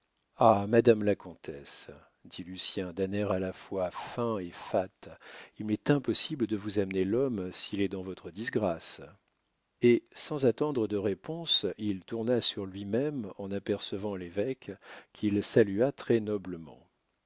ah madame la comtesse dit lucien d'un air à la fois fin et fat il m'est impossible de vous amener l'homme s'il est dans votre disgrâce et sans attendre de réponse il tourna sur lui-même en apercevant l'évêque qu'il salua très noblement